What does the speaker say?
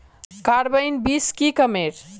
Carbine बीस की कमेर?